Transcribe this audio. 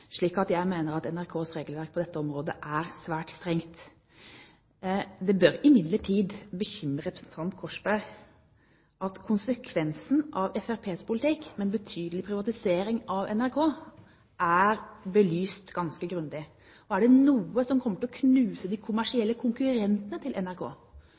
slik i dag at hvis man ser nett-tv på NRK, er det ikke noe man betaler, utover lisensavgiften. Så jeg mener at NRKs regelverk på dette området er svært strengt. Det bør imidlertid bekymre representanten Korsberg at konsekvensen av Fremskrittspartiets politikk, med en betydelig privatisering av NRK, er belyst ganske grundig. Er det noe som kommer